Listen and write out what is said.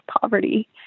poverty